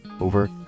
over